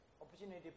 opportunity